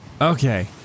Okay